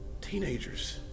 Teenagers